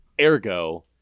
ergo